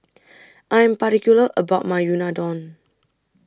I'm particular about My Unadon